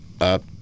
up